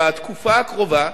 בתקופה הקרובה,